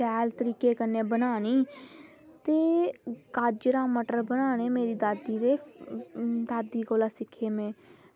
ते शैल तरीके कन्नै बनानी ते गाजरां मटर बनाने मेरे दादी ते दादी कोला सिक्खे में